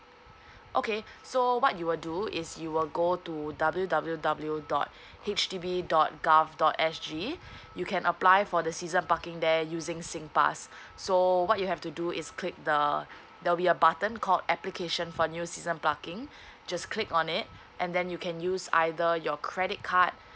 okay so what you will do is you will go to W W W dot H D B dot gov dot S G you can apply for the season parking there using singpass so what you have to do is click the there'll be a button called application for new season parking just click on it and then you can use either your credit card